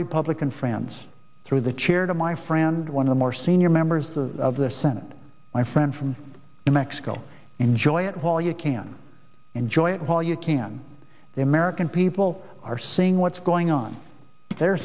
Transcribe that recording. republican friends through the chair to my friend one of the more senior members of the of the senate my friend from new mexico enjoy it while you can enjoy it while you can the american people are seeing what's going on they're